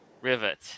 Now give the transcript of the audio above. Rivet